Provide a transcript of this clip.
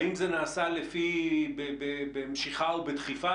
האם זה נעשה במשיכה ודחיפה?